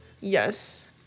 Yes